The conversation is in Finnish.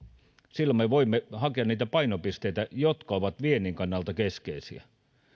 silloin me voimme hakea niitä painopisteitä jotka ovat viennin kannalta keskeisiä